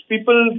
People